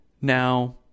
Now